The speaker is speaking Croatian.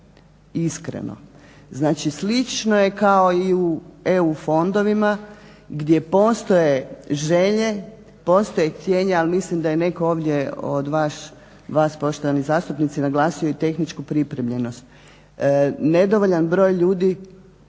Iskreno, znači slično je kao i u EU fondovima, gdje postoje želje, postoje htjenja, al mislim da je netko ovdje od vas poštovani zastupnici, naglasio i tehničku pripremljenost, nedovoljan broj ljudi